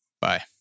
Bye